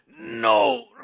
No